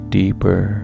deeper